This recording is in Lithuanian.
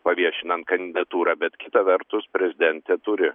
paviešinant kandidatūrą bet kita vertus prezidentė turi